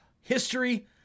history